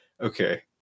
Okay